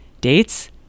Dates